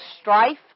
strife